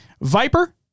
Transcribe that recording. Viper